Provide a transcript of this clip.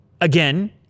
again